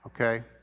okay